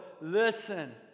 listen